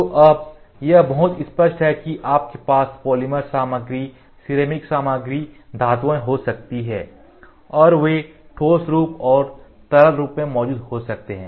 तो अब यह बहुत स्पष्ट है कि आपके पास पॉलीमर सामग्री सिरेमिक सामग्री धातुएं हो सकती हैं और वे ठोस रूप और तरल रूप में मौजूद हो सकते हैं